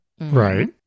Right